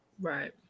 Right